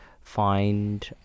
find